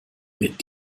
mit